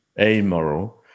amoral